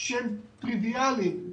שהם טריוויאליים,